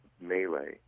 melee